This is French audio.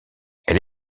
elle